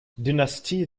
dynastie